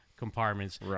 compartments